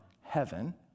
heaven